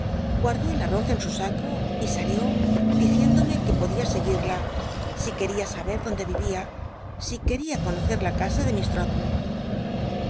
guardó el arroz en su saco y salió diciéndome c ue podia seguil'la si c ueria sabct donde vivía si quería conocer la casa de